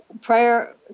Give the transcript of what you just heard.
prayer